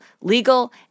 legal